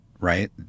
right